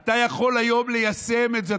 אתה יכול היום ליישם את זה,